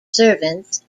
servants